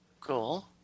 Cool